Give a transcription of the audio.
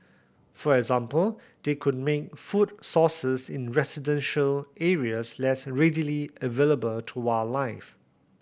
for example they could make food sources in residential areas less readily available to wildlife